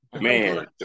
man